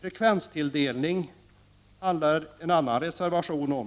Frekvenstilldelning handlar en annan reservation om.